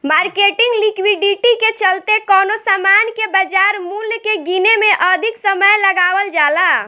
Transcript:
marketing liquidity के चलते कवनो सामान के बाजार मूल्य के गीने में अधिक समय लगावल जाला